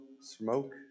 smoke